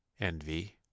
envy